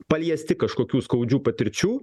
paliesti kažkokių skaudžių patirčių